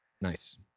Nice